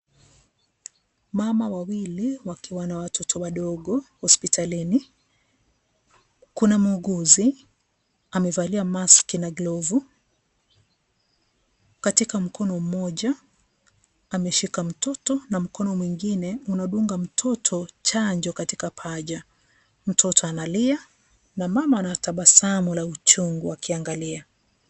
Mama wawili wakiwa na watoto wadogo hospitalini, kuna muuguzi amevalia maski na glovu, katika mkono mmoja ameshika mtoto, na mkono mwinine unadunga mtoto chanjo katika paja. Mtoto analia na mama anatabasamu na uchungu akiangalia.